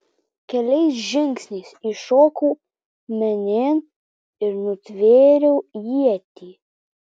keliais žingsniais įšokau menėn ir nutvėriau ietį